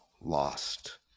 lost